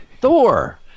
Thor